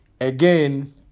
Again